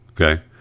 okay